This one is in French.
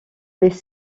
les